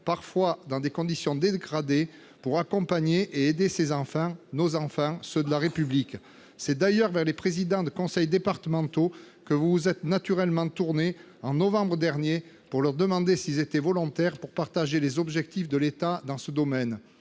parfois dans des conditions dégradées, pour accompagner et aider ces enfants, nos enfants, ceux de la République. C'est d'ailleurs vers les présidents de conseil départemental que vous vous êtes naturellement tourné, en novembre dernier, pour leur demander s'ils étaient volontaires pour partager les objectifs de l'État dans ce domaine.